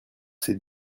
ces